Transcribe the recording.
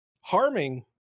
harming